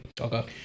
okay